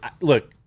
Look